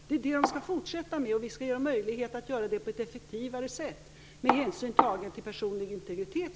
Det skall polisen fortsätta med, och vi skall ge den möjlighet att göra det på ett effektivare sätt - med hänsyn samtidigt tagen till personlig integritet.